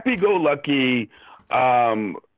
happy-go-lucky